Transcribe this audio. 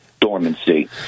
dormancy